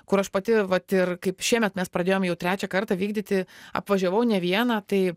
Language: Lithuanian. kur aš pati vat ir kaip šiemet mes pradėjom jau trečią kartą vykdyti apvažiavau ne vieną tai